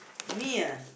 me ah